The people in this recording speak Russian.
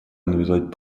навязать